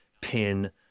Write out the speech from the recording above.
pin